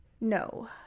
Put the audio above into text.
No